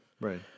Right